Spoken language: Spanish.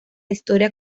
historia